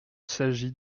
s’agit